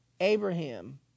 Abraham